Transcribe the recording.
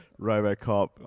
RoboCop